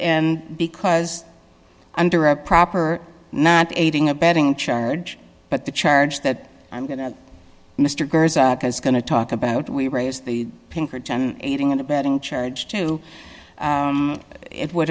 because under a proper not aiding abetting charge but the charge that i'm going to mr is going to talk about we raise the pinkerton aiding and abetting charge to it would